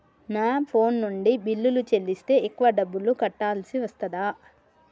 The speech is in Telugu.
నా ఫోన్ నుండి బిల్లులు చెల్లిస్తే ఎక్కువ డబ్బులు కట్టాల్సి వస్తదా?